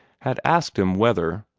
had asked him whether,